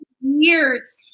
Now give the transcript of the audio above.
years